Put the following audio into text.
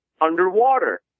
underwater